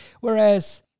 Whereas